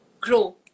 grow